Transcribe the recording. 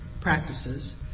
practices